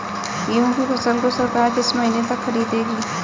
गेहूँ की फसल को सरकार किस महीने तक खरीदेगी?